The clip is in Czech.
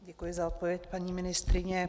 Děkuji za odpověď, paní ministryně.